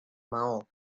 maó